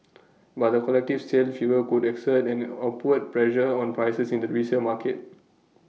but the collective sale fever could exert an upward pressure on prices in the resale market